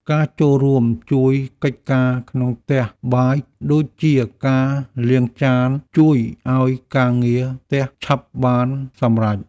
ការចូលរួមជួយកិច្ចការក្នុងផ្ទះបាយដូចជាការលាងចានជួយឱ្យការងារផ្ទះឆាប់បានសម្រេច។